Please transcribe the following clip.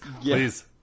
Please